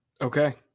Okay